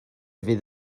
fydd